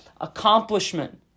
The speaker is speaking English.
accomplishment